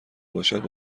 باشد